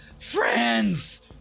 friends